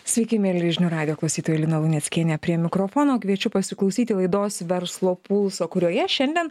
sveiki mieli žinių radijo klausytojai lina luneckienė prie mikrofono kviečiu pasiklausyti laidos verslo pulso kurioje šiandien